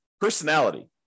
personality